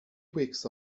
weeks